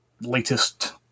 latest